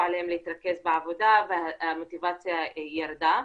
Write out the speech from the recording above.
עליהן להתרכז בעבודה והמוטיבציה ירדה.